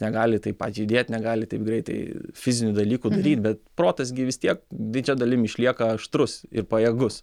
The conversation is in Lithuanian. negali taip pat judėt negali taip greitai fizinių dalykų daryti bet protas gi vis tiek didžia dalim išlieka aštrus ir pajėgus